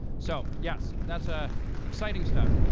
so yes, that's ah exciting stuff.